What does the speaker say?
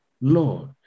Lord